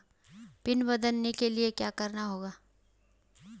Pin बदलने के लिए क्या करना होगा?